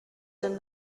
did